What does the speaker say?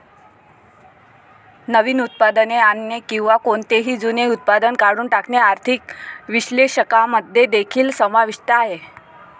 नवीन उत्पादने आणणे किंवा कोणतेही जुने उत्पादन काढून टाकणे आर्थिक विश्लेषकांमध्ये देखील समाविष्ट आहे